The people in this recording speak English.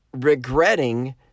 regretting